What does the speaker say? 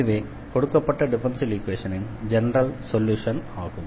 இதுவே கொடுக்கப்பட்ட டிஃபரன்ஷியல் ஈக்வேஷனின் ஜெனரல் சொல்யூஷன் ஆகும்